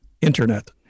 internet